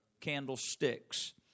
candlesticks